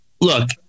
look